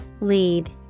Lead